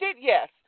yes